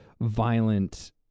violent